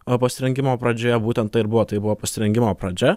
a pasirengimo pradžioje būtent tai ir buvo tai buvo pasirengimo pradžia